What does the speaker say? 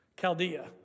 Chaldea